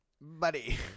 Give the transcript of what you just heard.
buddy